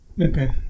Okay